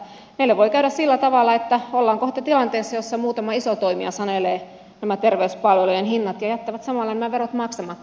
meille voi käydä sillä tavalla että ollaan kohta tilanteessa jossa muutama iso toimija sanelee nämä terveyspalvelujen hinnat ja jättää samalla nämä verot maksamatta